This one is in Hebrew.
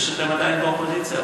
זה שאתם עדיין באופוזיציה,